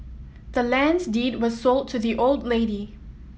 the land's deed was sold to the old lady